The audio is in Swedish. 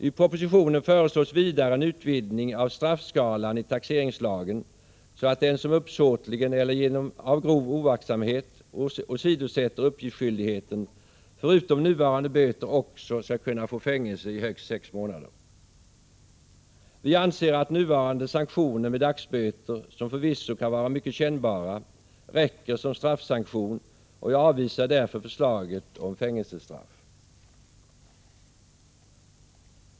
I propositionen föreslås vidare en utvidgning av straffskalan i taxeringslagen, så att den som uppsåtligen eller av grov oaktsamhet åsidosätter uppgiftsskyldigheten förutom nuvarande böter också skall kunna få fängelse i högst 6 månader. Vi anser att nuvarande sanktioner med dagsböter, som förvisso kan vara mycket kännbara, räcker som straffsanktion, och vi avvisar därför förslaget om fängelsestraff.